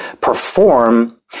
perform